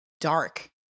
dark